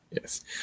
Yes